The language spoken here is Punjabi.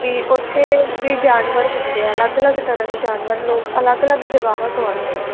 ਅਤੇ ਉੱਥੇ ਵੀ ਜਾਨਵਰ ਹੁੰਦੇ ਆ ਅਲੱਗ ਅਲੱਗ ਤਰ੍ਹਾਂ ਦੇ ਜਾਨਵਰ ਲੋਕ ਅਲੱਗ ਅਲੱਗ ਜਗ੍ਹਾਵਾਂ ਤੋਂ ਆਉਂਦੇ ਆ